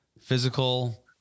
physical